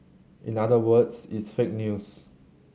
in other words it's fake news